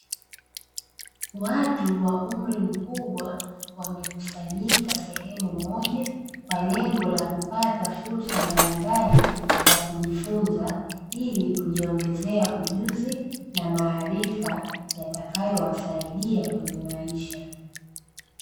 Watu wa umri mkubwa wamekusanyika sehemu moja kwa lengo la kupata fursa mbalimbali za kujifunza, ili kujiongezea ujuzi na maarifa yatakayowasaidia kwenye maisha.